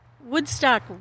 Woodstock